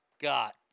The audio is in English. got